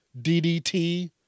DDT